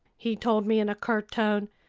he told me in a curt tone.